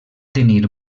tenir